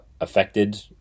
affected